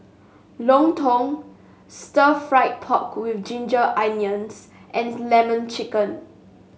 lontong Stir Fried Pork with Ginger Onions and lemon chicken